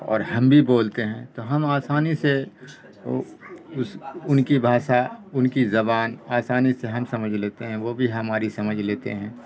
اور ہم بھی بولتے ہیں تو ہم آسانی سے اس ان کی بھاشا ان کی زبان آسانی سے ہم سمجھ لیتے ہیں وہ بھی ہماری سمجھ لیتے ہیں